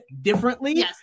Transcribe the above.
differently